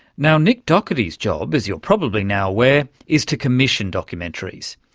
now, nick doherty's job, as you're probably now aware, is to commission documentaries.